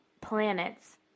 planets